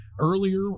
Earlier